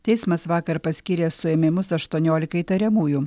teismas vakar paskyrė suėmimus aštuoniolikai įtariamųjų